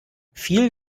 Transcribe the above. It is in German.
viel